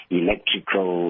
electrical